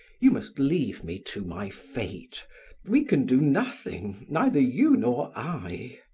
you must leave me to my fate we can do nothing, neither you nor i.